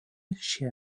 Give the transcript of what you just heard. šie